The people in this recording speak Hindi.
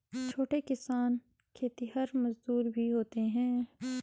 छोटे किसान खेतिहर मजदूर भी होते हैं